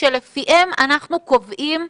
אתה זיקקת את המהות של מה שאנחנו מבקשים כאן.